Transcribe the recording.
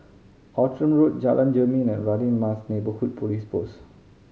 Outram Road Jalan Jermin and Radin Mas Neighbourhood Police Post